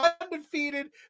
undefeated